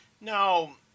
now